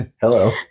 Hello